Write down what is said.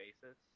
basis